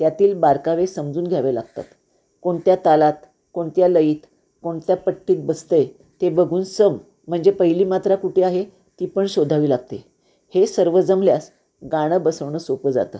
त्यातील बारकावे समजून घ्यावे लागतात कोणत्या तालात कोणत्या लईत कोणत्या पट्टीत बसतं आहे ते बघून सम म्हणजे पहिली मात्रा कुठे आहे ती पण शोधावी लागते हे सर्व जमल्यास गाणं बसवणं सोपं जातं